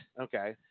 Okay